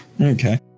Okay